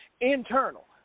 internal